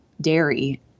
dairy